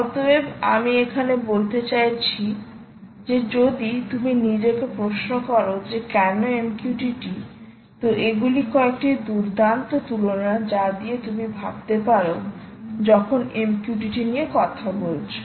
অতএব আমি এখানে বলতে চাইছি যে যদি তুমি নিজেকে প্রশ্ন করো যে কেন MQTT তো এগুলি কয়েকটি দুর্দান্ত তুলনা যা নিয়ে তুমি ভাবতে পারো যখন MQTT নিয়ে কথা বলছো